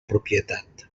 propietat